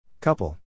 couple